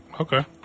Okay